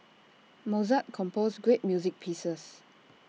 Mozart composed great music pieces